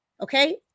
okay